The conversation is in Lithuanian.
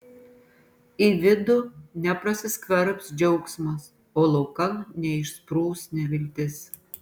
į vidų neprasiskverbs džiaugsmas o laukan neišsprūs neviltis